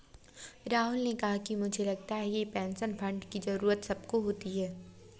राहुल ने कहा कि मुझे लगता है कि पेंशन फण्ड की जरूरत सबको होती है